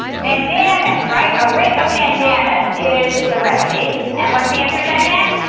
mandamus, right. a writ of mandamus is the remedy and what's the answer to that, again?